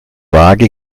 vage